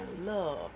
love